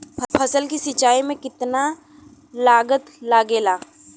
फसल की सिंचाई में कितना लागत लागेला?